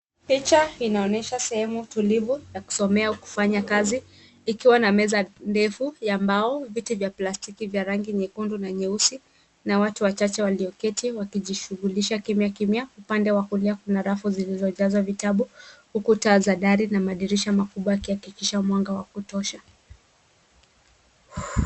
Picha inaonyesha sehemu tulivu ya kusomea au kufanya kazi ikiwa na meza ndefu ya mbao, viti vya plastiki vya rangi nyekundu na nyeusi na watu wachache walioketi wakijishughulisha kimya kimya. Upande wa kulia kuna rafu zilizojazwa vitabu huku taa za dari na madirisha makubwa yakihakikisha mwanga wa kutosha.